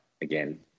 again